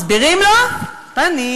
מסבירים לו פנים.